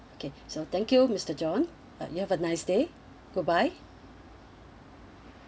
okay so thank you mister john uh you have a nice day goodbye